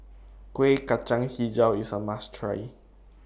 Kueh Kacang Hijau IS A must Try